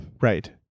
Right